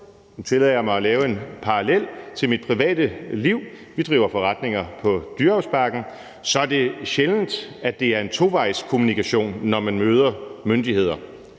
nu tillader jeg mig at lave en parallel til mit private liv; vi driver forretninger på Dyrehavsbakken – er det sjældent, at det er en tovejskommunikation, når man møder myndigheder.